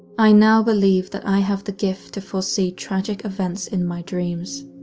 i now believe that i have the gift to foresee tragic events in my dreams.